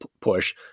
push